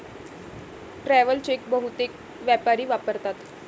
travel cheque बहुतेक व्यापारी वापरतात